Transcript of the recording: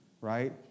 right